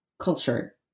culture